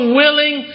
willing